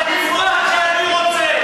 אני אגיד את הדברים שאני רוצה.